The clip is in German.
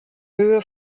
höhe